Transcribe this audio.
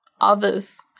others